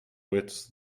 wits